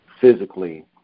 physically